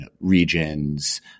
regions